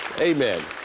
Amen